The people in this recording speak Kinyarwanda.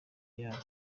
yabo